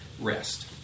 rest